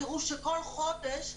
תראו שכל חודש,